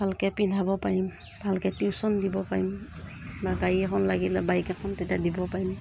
ভালকৈ পিন্ধাব পাৰিম ভালকৈ টিউশ্যন দিব পাৰিম বা গাড়ী এখন লাগিলে বাইক এখন তেতিয়া দিব পাৰিম